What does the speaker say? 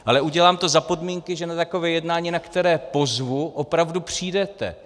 Ale udělám to za podmínky, že na takové jednání, na které pozvu, opravdu přijdete.